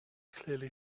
clearly